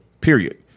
period